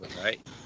Right